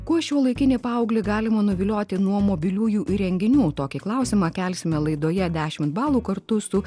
kuo šiuolaikinį paauglį galima nuvilioti nuo mobiliųjų įrenginių tokį klausimą kelsime laidoje dešimt balų kartu su